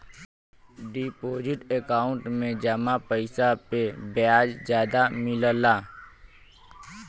deposit account में जमा पइसा पे ब्याज जादा मिलला